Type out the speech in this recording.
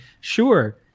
Sure